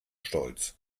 stolz